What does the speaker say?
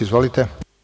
Izvolite.